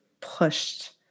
pushed